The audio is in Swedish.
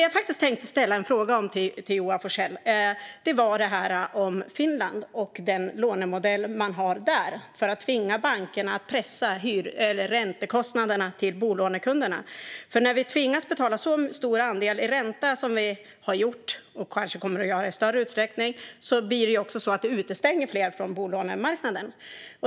Jag tänkte ställa en fråga till Joar Forssell om Finland och den lånemodell som finns där för att tvinga bankerna att pressa räntekostnaderna till bolånekunderna. När vi tvingas betala så stor andel i ränta som vi har gjort, och kanske kommer att göra i större utsträckning, utestängs också fler från bolånemarknaden.